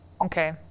Okay